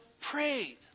prayed